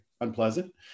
unpleasant